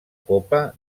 copa